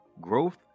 growth